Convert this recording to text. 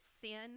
sin